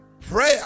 Prayer